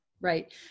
Right